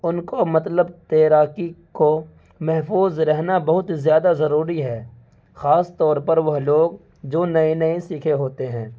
ان کو مطلب تیراکی کو محفوظ رہنا بہت زیادہ ضروری ہے خاص طور پر وہ لوگ جو نئے نئے سیکھے ہوتے ہیں